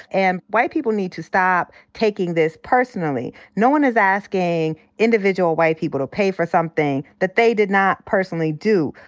and white people need to stop taking this personally. no one is asking individual white people to pay for something that they did not personally do.